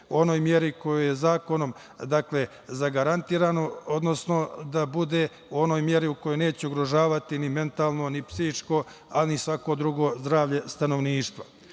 onoj meri koja je zakonom zagarantirana, odnosno da bude u onoj meri u kojoj neće ugrožavati mentalno ni psihičko, a ni svako drugo zdravlje stanovništva. Ovo